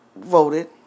voted